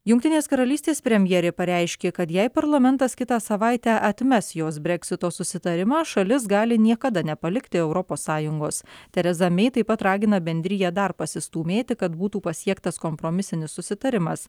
jungtinės karalystės premjerė pareiškė kad jei parlamentas kitą savaitę atmes jos brexito susitarimą šalis gali niekada nepalikti europos sąjungos tereza mei taip pat ragina bendriją dar pasistūmėti kad būtų pasiektas kompromisinis susitarimas